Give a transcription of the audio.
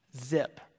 Zip